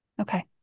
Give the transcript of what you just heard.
Okay